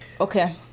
Okay